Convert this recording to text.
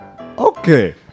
Okay